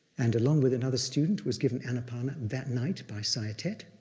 and along with another student, was given anapana that night by saya thet.